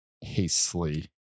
hastily